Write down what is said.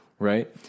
Right